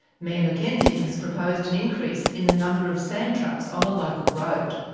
mayor mackenzie has proposed an increase in the number of sand trucks on a local road.